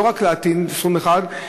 לא רק להטעין סכום אחד,